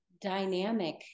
dynamic